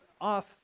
off